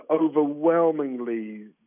overwhelmingly